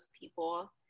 people